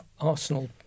Arsenal